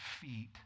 feet